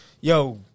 yo